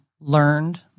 learned